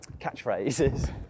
catchphrases